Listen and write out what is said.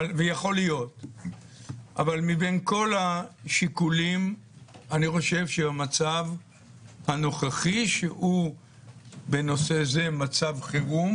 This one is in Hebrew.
אבל מבין כל השיקולים אני חושב שהמצב הנוכחי בנושא זה שהוא מצב חירום